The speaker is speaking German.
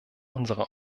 unsere